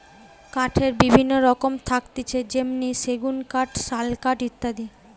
কাঠের বিভিন্ন রকম থাকতিছে যেমনি সেগুন কাঠ, শাল কাঠ ইত্যাদি